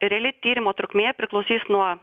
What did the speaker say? reali tyrimo trukmė priklausys nuo